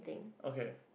okay